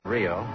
Rio